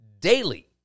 daily